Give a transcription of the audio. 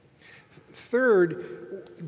Third